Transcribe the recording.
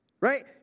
right